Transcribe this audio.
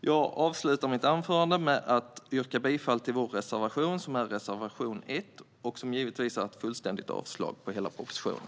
Jag avslutar mitt anförande med att yrka bifall till reservation 1, som naturligtvis innebär ett fullständigt avslag på hela propositionen.